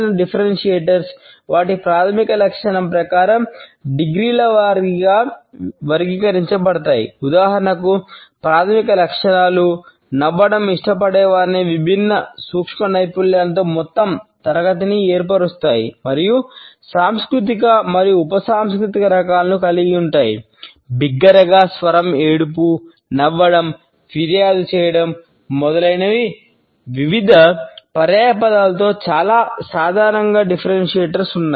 డిఫరెంటియర్స్ ఉన్నాయి